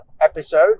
episode